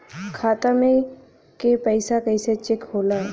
खाता में के पैसा कैसे चेक होला?